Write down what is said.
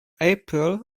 april